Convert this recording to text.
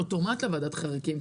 על אוטומט לוועדת חריגים.